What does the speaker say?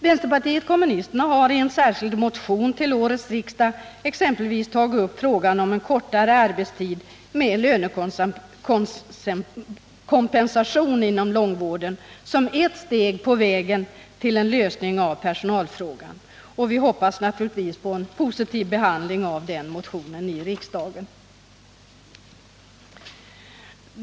Vänsterpartiet kommunisterna har i en särskild motion till årets riksmöte tagit upp frågan om en kortare arbetstid med lönekompensation inom långvården som ett steg på vägen till en lösning av personalfrågan. Vi hoppas naturligtvis på en positiv behandling av den motionen i riksdagen.